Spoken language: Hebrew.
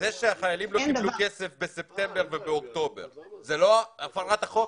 זה שהחיילים לא קיבלו כסף בספטמבר ובאוקטובר זה לא הפרת החוק?